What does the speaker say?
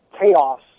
chaos